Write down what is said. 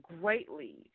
greatly